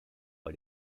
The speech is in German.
bei